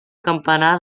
campanar